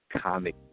comic